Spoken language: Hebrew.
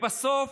ובסוף